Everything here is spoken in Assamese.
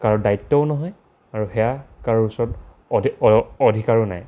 কাৰো দায়িত্বও নহয় আৰু সেয়া কাৰো ওচৰত অধিকাৰো নাই